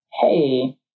Hey